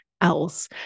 else